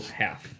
half